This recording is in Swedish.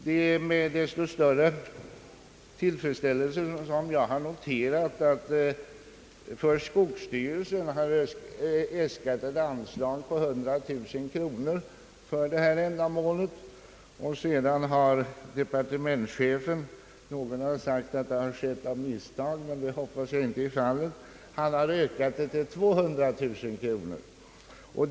Det är med desto större tillfredsställelse som jag noterat att skogsstyrelsen har äskat ett anslag på 100 000 kronor för detta ändamål, och sedan har departementschefen — någon har sagt att det skett av misstag, men jag hoppas så inte är fallet — ökat beloppet till 200 000 kronor.